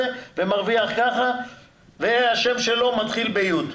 ומרוויח כך וכך והנה השם שלו מתחיל ב-י'.